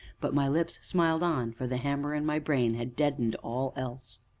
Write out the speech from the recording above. but my lips smiled on, for the hammer in my brain had deadened all else.